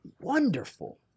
Wonderful